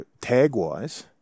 tag-wise